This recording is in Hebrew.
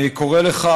אני קורא לך,